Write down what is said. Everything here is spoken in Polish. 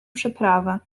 przeprawę